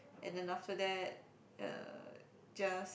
and after that uh just